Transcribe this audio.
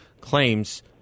claims